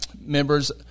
members